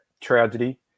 tragedy